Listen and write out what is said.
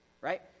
right